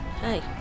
hey